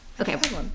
Okay